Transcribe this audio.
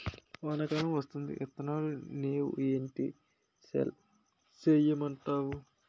వానా కాలం వత్తాంది ఇత్తనాలు నేవు ఏటి సేయమంటావు